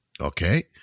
Okay